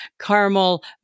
caramel